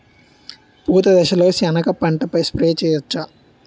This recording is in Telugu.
పూత దశలో సెనగ పంటపై స్ప్రే చేయచ్చా?